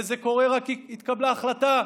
וזה קורה רק כי התקבלה החלטה,